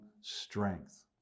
strength